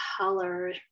color